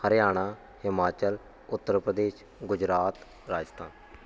Haryana Himachal Uttar Pradesh Gujarat Rajasthan